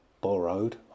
borrowed